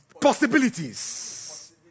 possibilities